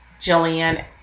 Jillian